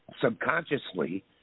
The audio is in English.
subconsciously